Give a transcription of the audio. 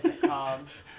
of